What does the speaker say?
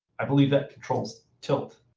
i believe that controls tilt.